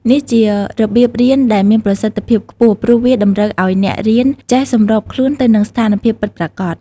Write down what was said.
នេះជារបៀបរៀនដែលមានប្រសិទ្ធភាពខ្ពស់ ព្រោះវាតម្រូវឱ្យអ្នករៀនចេះសម្របខ្លួនទៅនឹងស្ថានភាពពិតប្រាកដ។